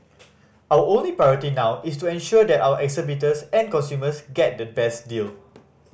our only priority now is to ensure that our exhibitors and consumers get the best deal